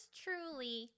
truly